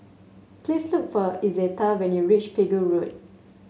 please look for Izetta when you reach Pegu Road